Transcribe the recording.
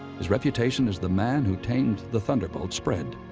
his reputation as the man who tamed the thunderbolt spread.